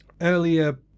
earlier